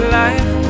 life